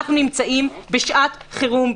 אנחנו נמצאים בשעת חירום,